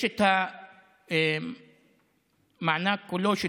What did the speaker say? יש המענק כולו,